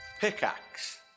Pickaxe